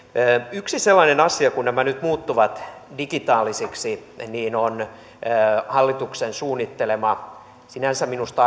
yksi sellainen asia kun nämä nyt muuttuvat digitaalisiksi on hallituksen suunnittelema sinänsä minusta